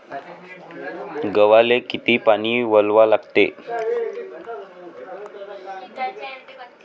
गव्हाले किती पानी वलवा लागते?